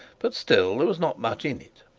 but still there was not much in it.